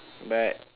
but